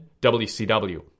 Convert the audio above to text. WCW